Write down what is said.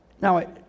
Now